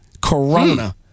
Corona